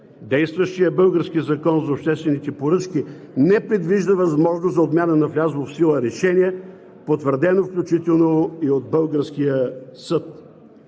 Действащият български Закон за обществените поръчки не предвижда възможност за отмяна на влязло в сила решение, потвърдено включително и от българския съд.